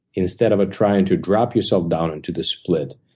instead of trying to drop yourself down into the split,